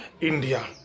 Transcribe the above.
India